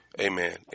Amen